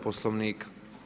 Poslovnika.